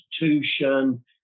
institution